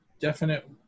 definite